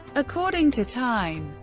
according to time,